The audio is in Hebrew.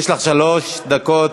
יש לך שלוש דקות.